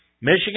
Michigan